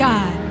God